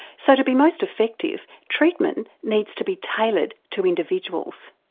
so to be most effective, treatment needs to be tailored to individuals.